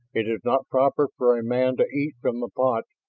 it is not proper for a man to eat from the pot,